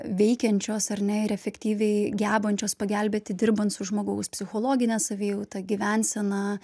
veikiančios ar ne ir efektyviai gebančios pagelbėti dirbant su žmogaus psichologine savijauta gyvensena